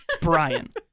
brian